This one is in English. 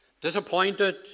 disappointed